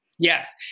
Yes